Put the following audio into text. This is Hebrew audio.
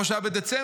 כמו שהיה בדצמבר.